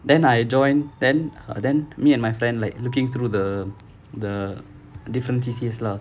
then I joined then uh then me and my friend like looking through the the different C_C_A lah